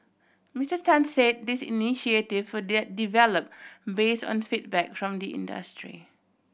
Mister Tan said these initiative were develop base on feedback from the industry